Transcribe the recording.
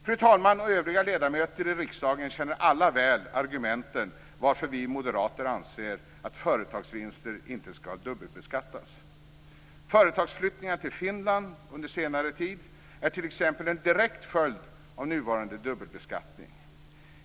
Fru talman och övriga ledamöter i riksdagen känner alla väl argumenten till att vi moderater anser att företagsvinster inte skall dubbelbeskattas. Företagsflyttningar till Finland under senare tid är t.ex. en direkt följd av nuvarande dubbelbeskattning.